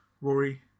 Rory